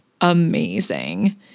amazing